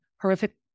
horrific